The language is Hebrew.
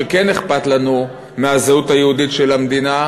שכן אכפת לנו מהזהות היהודית של המדינה,